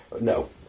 No